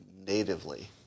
natively